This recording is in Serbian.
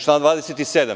Član 27.